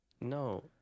No